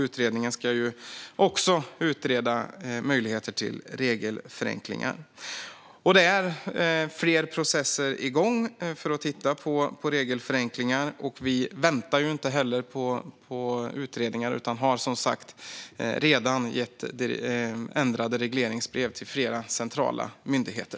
Utredningen ska också utreda möjligheter till regelförenklingar, och det är fler processer igång för att titta på regelförenklingar. Vi väntar inte heller på utredningar utan har som sagt redan gett ändrade regleringsbrev till flera centrala myndigheter.